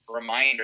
reminder